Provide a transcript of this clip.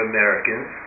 Americans